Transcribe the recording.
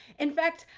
in fact,